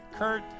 Kurt